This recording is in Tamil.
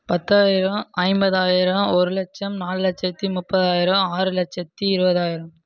பத்தாயிரம் ஐம்பதாயிரம் ஒரு லட்சம் நாலு லட்சத்தி முப்பதாயிரம் ஆறு லட்சத்தி இருபதாயிரம்